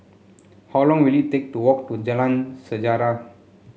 how long will it take to walk to Jalan Sejarah